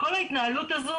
כל ההתנהלות הזאת